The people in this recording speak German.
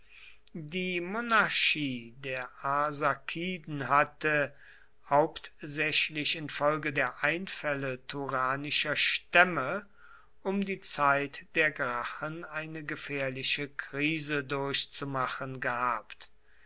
die monarchie der arsakiden hatte hauptsächlich infolge der einfälle turanischer stämme um die zeit der gracchen eine gefährliche krise durchzumachen gehabt